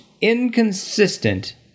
inconsistent